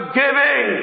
giving